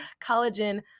collagen